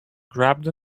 grabbed